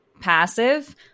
passive